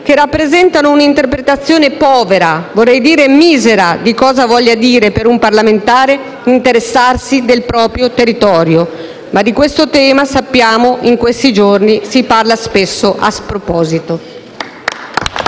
che rappresentano un'interpretazione povera, vorrei dire misera, di cosa voglia dire per un parlamentare interessarsi del proprio territorio. Ma di questo tema - lo sappiamo - in questi giorni si parla spesso a sproposito.